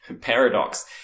paradox